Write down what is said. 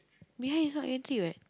behind is not gantry what